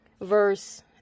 verse